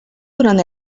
durant